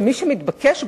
שמי שמתבקשים,